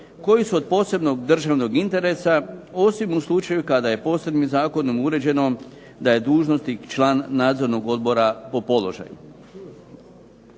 koji su od posebnog državnog interesa, osim u slučaju kada je posebnim zakonom uređeno da je dužnosnik član nadzornog odbora po položaju.